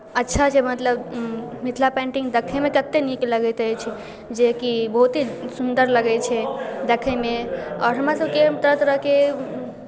अच्छा छै मतलब मिथिला पेन्टिंग देखैमे ततेक नीक लगैत अछि जेकि बहुते सुन्दर लगै छै देखैमे आओर हमरासभके तरह तरहके